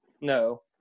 no